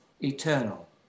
eternal